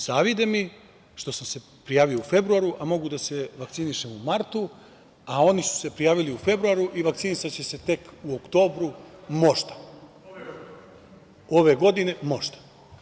Zavide mi što sam se prijavio u februaru, a mogu da se vakcinišem u martu, a oni su se prijavili u februaru i vakcinisaće se tek u oktobru, možda, ove godine, možda.